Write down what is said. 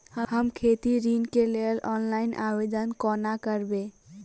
हम खेती ऋण केँ लेल ऑनलाइन आवेदन कोना करबै?